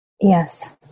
Yes